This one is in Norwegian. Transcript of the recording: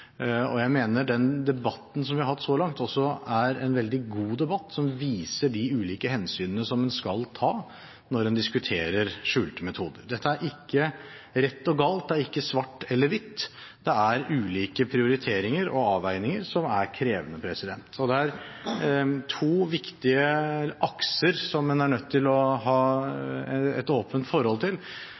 og jeg mener den debatten vi har hatt så langt, også er en veldig god debatt som viser de ulike hensynene en skal ta når en diskuterer skjulte metoder. Dette er ikke rett og galt, det er ikke svart eller hvitt – det er ulike prioriteringer og avveininger, som er krevende. Det er to viktige akser en er nødt til å ha et åpent forhold til.